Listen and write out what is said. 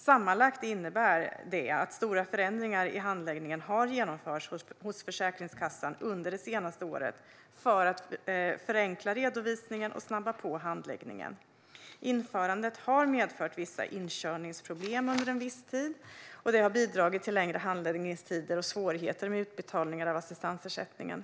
Sammanlagt innebär detta att stora förändringar i handläggningen har genomförts hos Försäkringskassan under det senaste året för att förenkla redovisningen och snabba på handläggningen. Införandet har medfört vissa inkörningsproblem under en viss tid, vilket har bidragit till längre handläggningstider och svårigheter med utbetalningar av assistansersättningen.